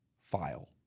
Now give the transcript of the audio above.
file